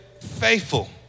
faithful